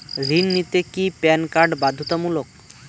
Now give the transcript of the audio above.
ঋণ নিতে কি প্যান কার্ড বাধ্যতামূলক?